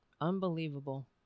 Unbelievable